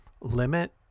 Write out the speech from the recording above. limit